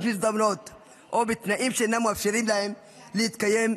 מזדמנות או בתנאים שאינם מאפשרים להם להתקיים בכבוד.